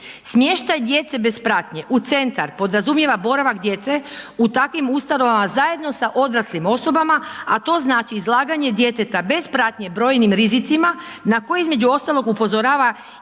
Smještaj djece bez pratnje u centar podrazumijeva boravak djece u takvim ustanovama zajedno sa odraslim osobama, a to znači izlaganje djeteta bez pratnje brojnim rizicima na koje između ostalog upozorava i